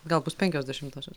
gal bus penkios dešimtosios